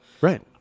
right